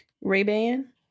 Ray-Ban